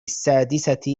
السادسة